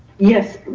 yes,